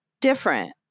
different